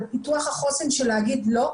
על פיתוח החוסן לומר לא,